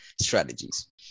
strategies